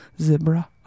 Zebra